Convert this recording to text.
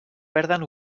perden